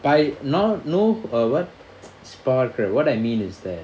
by not no err what spark or what I mean is that